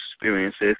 experiences